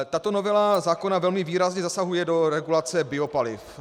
Tato novela zákona velmi výrazně zasahuje do regulace biopaliv.